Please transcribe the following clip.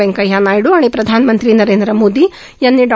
व्यंकय्या नायडू आणि प्रधानमंत्री नरेंद्र मोदी यांनी डॉ